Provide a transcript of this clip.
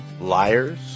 liars